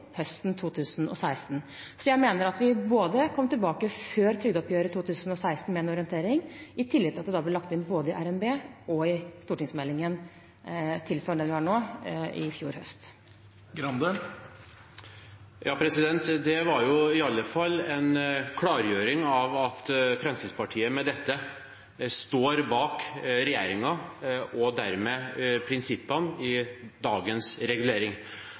høsten 2016. Så jeg mener at vi kom tilbake før trygdeoppgjøret 2016 med en orientering i tillegg til at det ble lagt inn både i revidert nasjonalbudsjett og i stortingsmeldingen tilsvarende den vi har nå, i fjor høst. Det var i alle fall en klargjøring av at Fremskrittspartiet med dette står bak regjeringen og dermed prinsippene i dagens regulering.